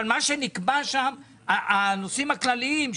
אבל מה שנקבע שם זה הנושאים הכלליים,